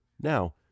Now